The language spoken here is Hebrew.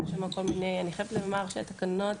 אני חייבת לומר שהתקנות,